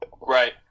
right